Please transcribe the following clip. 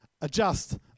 adjust